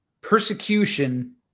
persecution